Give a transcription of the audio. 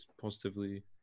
positively